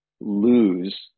lose